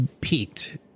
peaked